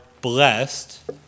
blessed